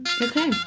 Okay